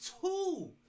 two